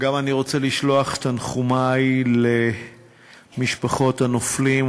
גם אני רוצה לשלוח את תנחומי למשפחות הנופלים,